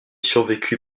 survécu